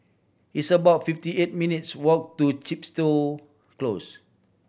it's about fifty eight minutes' walk to Chepstow Close